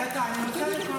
חייבת.